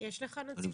או פונה נפגע או